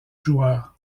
joueur